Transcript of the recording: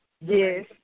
yes